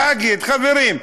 להגיד: חברים,